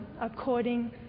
according